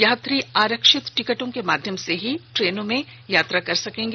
यात्री आरक्षित टिकटों के माध्यम से ही इन ट्रेनों मे यात्रा कर सकते हैं